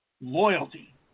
loyalty